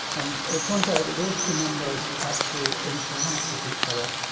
and it turns out that those two numbers actually interact with each other.